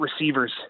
receivers